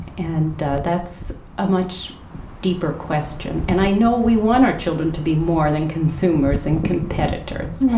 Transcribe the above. and that's a much deeper question. and i know we want our children to be more than consumers and competitors.